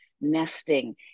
nesting